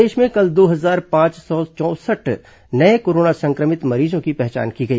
प्रदेश में कल दो हजार पांच सौ चौंसठ नये कोरोना सं क्र मित मरीजों की पहचान की गई